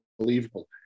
unbelievable